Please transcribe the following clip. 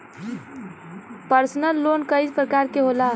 personal loan कई परकार के होला